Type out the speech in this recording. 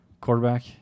Quarterback